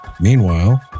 Meanwhile